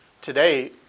today